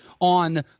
on